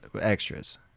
extras